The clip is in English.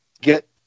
get